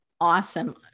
awesome